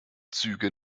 züge